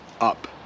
up